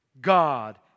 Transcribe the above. God